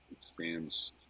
expands